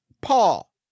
Paul